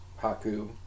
Haku